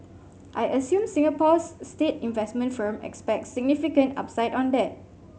I assume Singapore's state investment firm expects significant upside on that